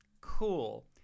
Cool